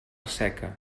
seca